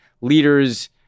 leaders